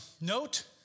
note